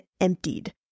emptied